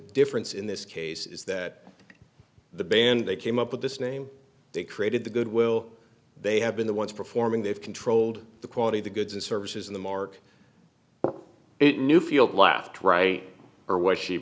difference in this case is that the band they came up with this name they created the good will they have been the ones performing they've controlled the quality of the goods and services in the mark it newfield left right or was she